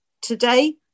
today